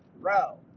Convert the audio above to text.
row